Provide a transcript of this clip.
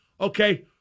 Okay